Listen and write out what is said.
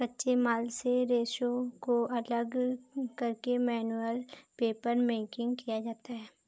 कच्चे माल से रेशों को अलग करके मैनुअल पेपरमेकिंग किया जाता है